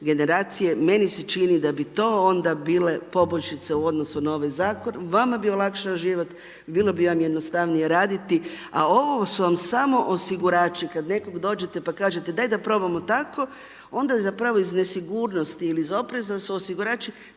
generacije. Meni se čini da bi to onda bile poboljšice u odnosu na ovaj zakon, vama bi olakšao život i bilo bi vam jednostavnije raditi, a ovo su vam samo osigurači, kada nekog dođete i pa kažete, daj da probamo tako, onda zapravo iz nesigurnosti ili iz oprema su osigurači,